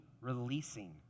releasing